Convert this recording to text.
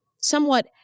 somewhat